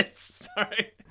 Sorry